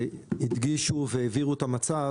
הדגישו והבהירו את המצב.